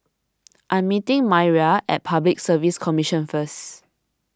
I am meeting Maira at Public Service Commission first